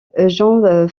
jean